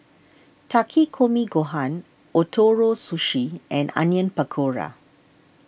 Takikomi Gohan Ootoro Sushi and Onion Pakora